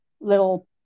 little